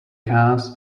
cars